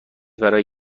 برای